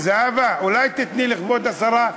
אולי תיתני לכבוד השרה,